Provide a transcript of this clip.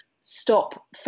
stop